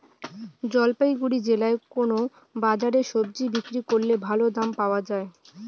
জলপাইগুড়ি জেলায় কোন বাজারে সবজি বিক্রি করলে ভালো দাম পাওয়া যায়?